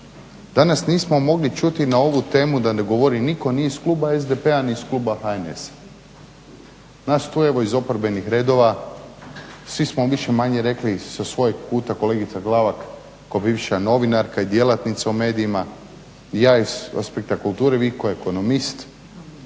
danas nismo mogli čuti na ovu temu da ne govori nitko ni iz kluba SDP-a ni iz kluba HNS-a. Nas tu iz oporbenih redova svi smo više-manje rekli sa svojeg kuta kolegica Glavak kao bivša novinarka i djelatnica u medijima, ja iz aspekta kulture, vi kao ekonomist